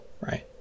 right